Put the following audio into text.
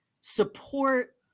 support